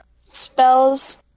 Spells